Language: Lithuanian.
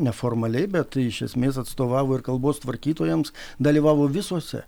neformaliai bet iš esmės atstovavo ir kalbos tvarkytojams dalyvavo visuose